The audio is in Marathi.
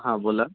हां बोला